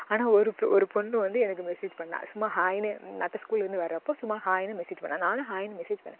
ஆனால் ஒரு பொ ஒரு பொண்ணு வந்து எனக்கு மெசேஜ் பண்ணாள் சும்மா ஹாய்னு ஸ்கூலில் இருந்து வர்றப்போ சும்மா ஹாய்ன்னு மெசேஜ் பண்ணாள் நானும் ஹாய்ன்னு மெசேஜ் பண்ணேன்